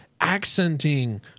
accenting